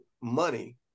money